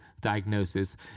diagnosis